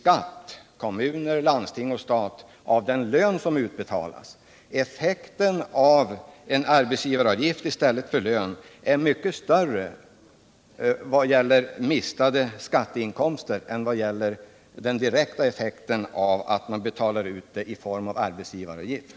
Kommuner, landsting och stat tar ju ut mellan 50 och 75 96 i skatt av den lön som utbetalas. Effekten vad gäller uteblivna skatteinkomster blir mycket stor i samband med en arbetsgivaravgift.